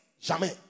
Jamais